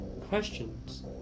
Questions